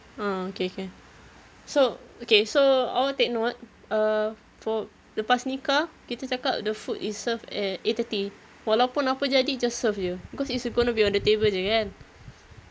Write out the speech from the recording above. ah okay okay so okay so awak take note err for lepas nikah kita cakap the food is served at eight thirty walaupun apa jadi just serve jer because it's gonna be on the table jer kan